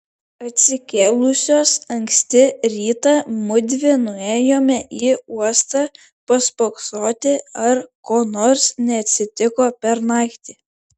atsikėlusios anksti rytą mudvi nuėjome į uostą paspoksoti ar ko nors neatsitiko per naktį